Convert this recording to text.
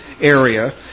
area